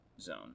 zone